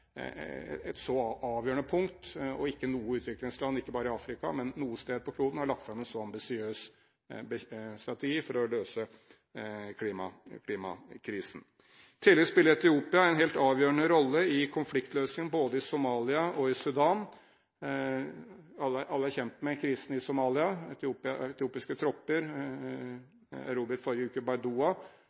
et så avgjørende punkt. Ikke noe utviklingsland, verken i Afrika eller noe annet sted på kloden, har lagt fram en så ambisiøs strategi for å løse klimakrisen. Tidligere spilte Etiopia en helt avgjørende rolle i konfliktløsning både i Somalia og i Sudan. Alle er kjent med krisen i Somalia. Etiopiske tropper erobret forrige uke Baidoa,